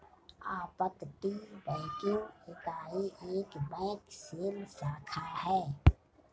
अपतटीय बैंकिंग इकाई एक बैंक शेल शाखा है